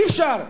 אי-אפשר.